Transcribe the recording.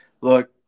Look